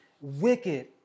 wicked